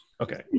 Okay